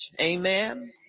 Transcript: Amen